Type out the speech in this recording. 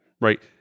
right